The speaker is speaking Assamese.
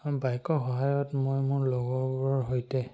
বাইকৰ সহায়ত মই মোৰ লগৰবোৰৰ সৈতে